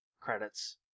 credits